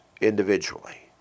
individually